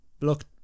Look